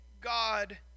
God